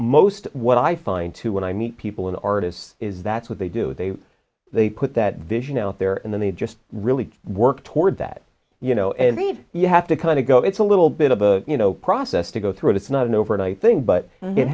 most what i find to when i meet people and artists is that's what they do they they put that vision out there and then they just really work toward that you know you have to kind of go it's a little bit of a you know process to go through it it's not an overnight thing but it